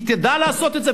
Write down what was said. היא תדע לעשות את זה,